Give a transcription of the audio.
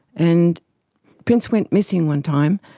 and prince went missing one time,